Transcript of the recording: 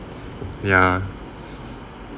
ya